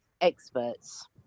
experts